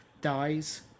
dies